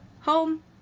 home